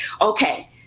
okay